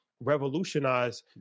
revolutionize